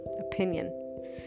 opinion